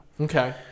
Okay